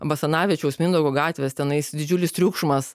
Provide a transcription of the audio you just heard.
basanavičiaus mindaugo gatvės tenais didžiulis triukšmas